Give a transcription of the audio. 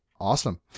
Awesome